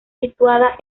situada